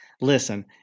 Listen